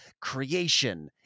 creation